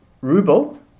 ruble